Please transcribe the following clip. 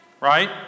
right